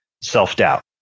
self-doubt